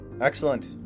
Excellent